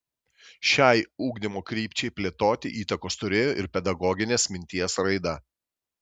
šiai ugdymo krypčiai plėtoti įtakos turėjo ir pedagoginės minties raida